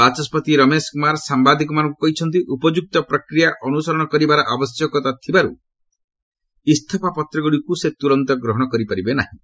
ବାଚସ୍କତି ରମେଶ କୁମାର ସାମ୍ବାଦିକମାନଙ୍କୁ କହିଛନ୍ତି ଉପଯୁକ୍ତ ପ୍ରକ୍ରିୟା ଅନୁସରଣ କରିବାର ଆବଶ୍ୟକତା ଥିବାରୁ ଇସ୍ତଫା ପତ୍ରଗୁଡ଼ିକୁ ସେ ତୁରନ୍ତ ଗ୍ରହଣ କରିପାରିବେ ନାହିଁ